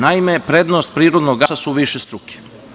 Naime, prednost prirodnog gasa su višestruke.